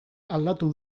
aldatu